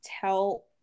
tell